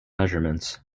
measurements